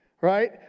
Right